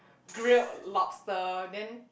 grilled lobster then